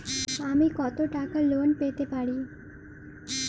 আমি কত টাকা লোন পেতে পারি?